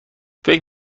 فکر